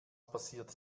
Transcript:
passiert